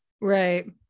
right